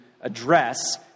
address